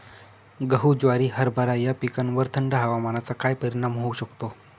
गहू, ज्वारी, हरभरा या पिकांवर थंड हवामानाचा काय परिणाम होऊ शकतो?